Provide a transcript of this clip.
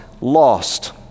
lost